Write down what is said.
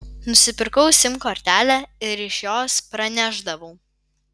nusipirkau sim kortelę ir iš jos pranešdavau